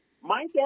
Mike